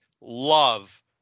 love